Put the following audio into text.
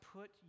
put